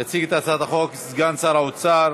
יציג את הצעת החוק סגן שר האוצר